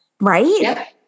Right